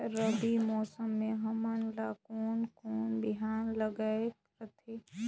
रबी मौसम मे हमन ला कोन कोन बिहान लगायेक रथे?